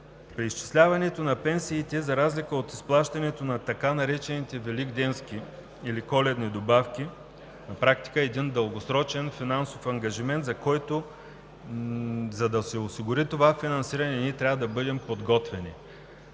Преизчисляването на пенсиите, за разлика от изплащането на така наречените „великденски или коледни добавки“ на практика е дългосрочен финансов ангажимент – за да се осигури това финансиране, ние трябва да бъдем подготвени.